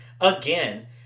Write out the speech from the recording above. again